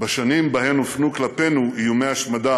בשנים שבהן הופנו כלפינו איומי השמדה